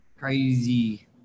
Crazy